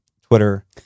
Twitter